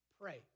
pray